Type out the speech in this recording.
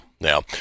Now